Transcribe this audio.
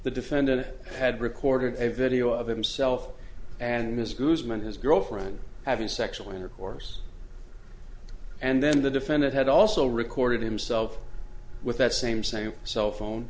the defendant had recorded a video of himself and mr goodman his girlfriend having sexual intercourse and then the defendant had also recorded himself with that same same cell phone